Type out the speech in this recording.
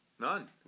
None